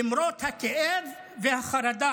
למרות הכאב והחרדה,